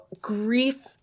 grief